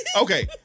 Okay